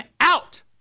out